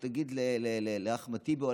או תגיד לאחמד טיבי,